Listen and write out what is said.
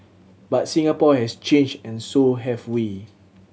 but Singapore is changed and so have we